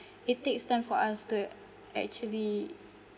it takes time for us to actually